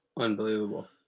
unbelievable